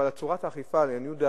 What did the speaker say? אבל לעניות דעתי,